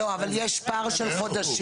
לא, אבל יש פער של חודשים.